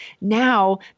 Now